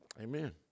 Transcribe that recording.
Amen